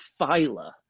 phyla